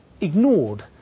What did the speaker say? ignored